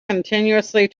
continuously